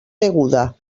deguda